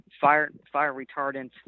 fire-retardant